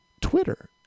Twitter